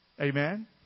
Amen